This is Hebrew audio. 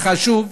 משפט סיכום,